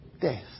death